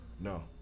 No